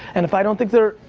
and if i don't think they're,